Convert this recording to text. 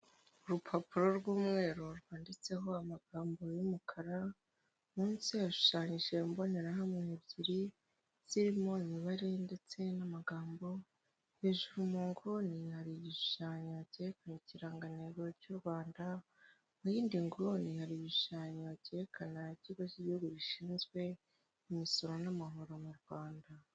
Urupapuro rw'umweru rwanditseho amagambo y'umukara munsi hashushanyije imbonerahamwe ebyiri zirimo imibare ndetse n'amagambo hejuru mu inguni hari igishushanyo cyerekana ikirangantego cy'u Rwanda mu yindi nguni hari igishushanyo cyerekana ikigo cy'igihugu gishinzwe imisoro n'amahoro mu Rwanda.